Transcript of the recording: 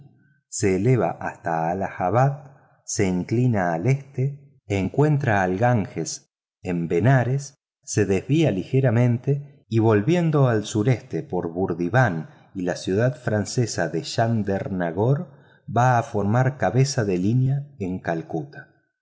se eleva hasta allahabad se inclina al este encuentra al ganges en benarés se desvía ligeramente y volviendo al sureste por burdiván y la ciudad francesa de chandemagor va a formar cabeza de línea en calcuta